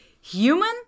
Human